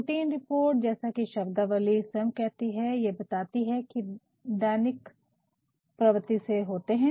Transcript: routine report जैसा की शब्दावली स्वयं कहती है ये बताती है कि दैनिक प्रवत्ति से होते है